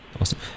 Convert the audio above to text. Awesome